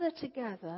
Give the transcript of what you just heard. together